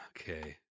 Okay